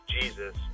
Jesus